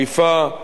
קשה,